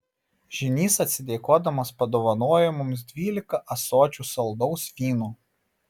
žynys atsidėkodamas padovanojo mums dvylika ąsočių saldaus vyno